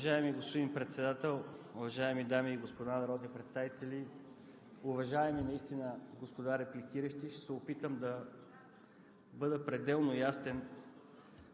Уважаеми господин Председател, уважаеми дами и господа народни представители! Уважаеми господа репликиращи, ще се опитам да бъда пределно ясен,